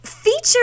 Featured